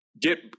Get